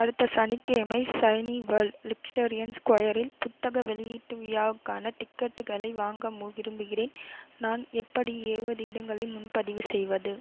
அடுத்த சனிக்கிழமை சைனி வேர்ல்ட் லிக்ஸ்டேரியன் ஸ்கொயரில் புத்தக வெளியீடுட்டு விழாவுக்கான டிக்கெட்டுகளை வாங்க விரும்புகிறேன் நான் எப்படி எழுபது இடங்களை முன்பதிவு செய்வது